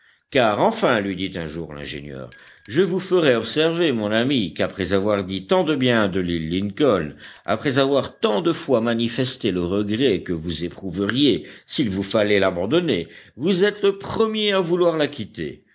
car enfin lui dit un jour l'ingénieur je vous ferai observer mon ami qu'après avoir dit tant de bien de l'île lincoln après avoir tant de fois manifesté le regret que vous éprouveriez s'il vous fallait l'abandonner vous êtes le premier à vouloir la quitter